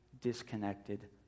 disconnected